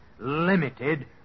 Limited